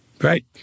Right